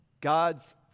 God's